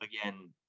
again